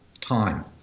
time